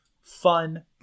fun